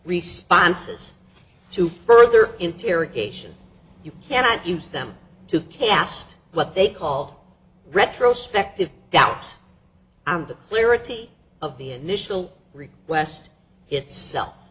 responses to further interrogation you cannot use them to cast what they called retrospectively doubt on the clarity of the initial request itself